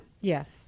yes